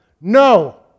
No